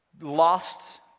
lost